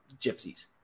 gypsies